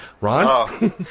ron